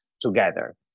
together